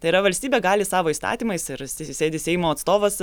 tai yra valstybė gali savo įstatymais ir sė sėdi seimo atstovas